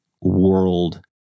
world